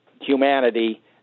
humanity